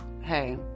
hey